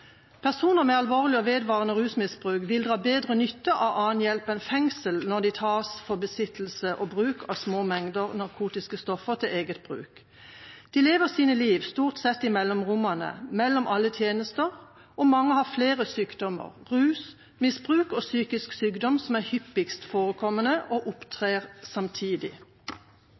Personer med alvorlig og vedvarende rusmisbruk vil dra bedre nytte av annen hjelp enn fengsel når de tas for besittelse og bruk av små mengder narkotiske stoffer til eget bruk. De lever sine liv stort sett i mellomrommene, mellom alle tjenester, og mange har flere sykdommer – rusmisbruk og psykisk sykdom er hyppigst forekommende og opptrer samtidig.